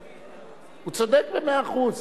הוא צודק במאה אחוז.